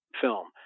film